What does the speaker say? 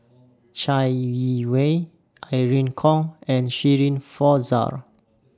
Chai Yee Wei Irene Khong and Shirin Fozdar